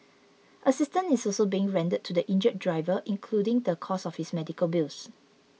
assistance is also being rendered to the injured driver including the cost of his medical bills